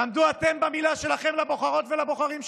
תעמדו אתם במילה שלכם לבוחרות ולבוחרים שלכם.